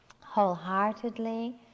wholeheartedly